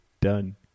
Done